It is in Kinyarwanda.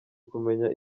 kumenya